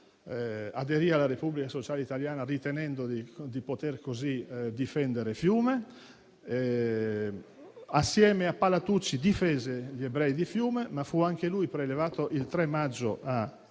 Aderì alla Repubblica sociale italiana, ritenendo così di poter difendere Fiume. Assieme a Palatucci difese gli ebrei di Fiume, ma fu anch'egli prelevato il 3 maggio a